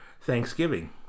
Thanksgiving